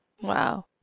Wow